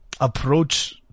approach